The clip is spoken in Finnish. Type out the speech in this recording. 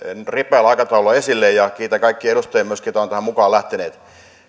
ripeällä aikataululla esille ja kiitän myös kaikkia edustajia jotka ovat tähän mukaan lähteneet